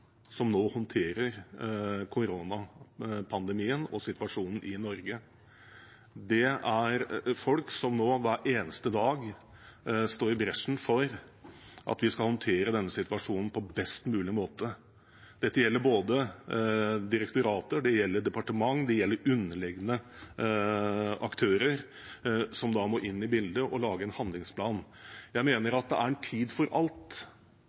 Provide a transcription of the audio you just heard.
som nå håndterer koronapandemien og situasjonen i Norge. Det er folk som nå, hver eneste dag, står i bresjen for at vi skal håndtere denne situasjonen på best mulig måte. Det gjelder direktorater, det gjelder departement, det gjelder underliggende aktører som da må inn i bildet og lage en handlingsplan. Jeg mener at det er en tid for alt,